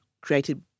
created